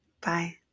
Bye